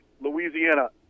Louisiana